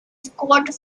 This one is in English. scored